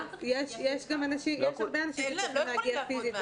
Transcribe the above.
הם לא יכולים לעבוד מן הבית.